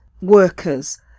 workers